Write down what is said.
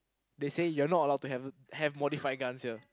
they said you're not allowed to have have modified guns here